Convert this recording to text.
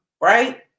right